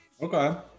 Okay